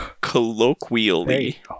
Colloquially